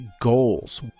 goals